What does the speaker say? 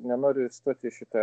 nenoriu atsistoti į šitą